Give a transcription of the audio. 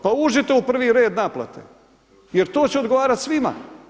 Pa uđite u prvi red naplate jer to će odgovarati svima.